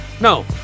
No